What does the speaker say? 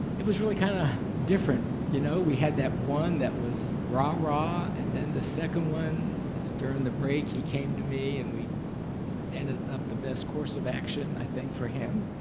it was really kinda different, you know? we had that one that was rah-rah, and then the second one during the break, he came to me and we ended up the best course of action i think for him.